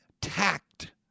tact